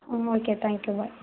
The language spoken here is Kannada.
ಹ್ಞೂ ಓಕೆ ತ್ಯಾಂಕ್ ಯು ಬಾಯ್